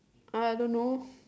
I don't know